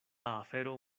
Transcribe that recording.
afero